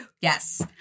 Yes